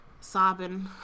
Sobbing